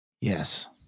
Yes